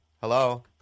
Hello